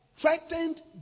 threatened